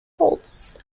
faults